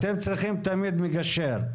אתם צריכים תמיד מגשר.